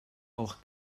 auch